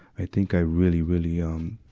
i think i really, really, um,